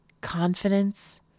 confidence